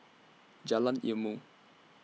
Jalan Ilmu